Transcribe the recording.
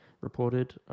reported